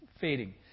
fading